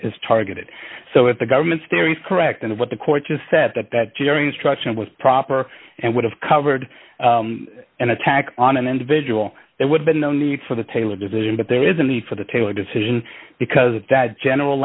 is targeted so if the government's theory is correct and what the court just said that that jeering instruction was proper and would have covered an attack on an individual it would been no need for the taylor decision but there is a need for the taylor decision because the dad general